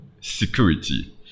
security